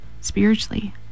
spiritually